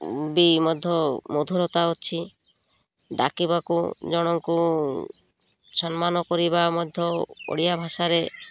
ବି ମଧ୍ୟ ମଧୁରତା ଅଛି ଡାକିବାକୁ ଜଣଙ୍କୁ ସମ୍ମାନ କରିବା ମଧ୍ୟ ଓଡ଼ିଆ ଭାଷାରେ